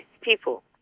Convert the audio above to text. people